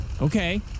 Okay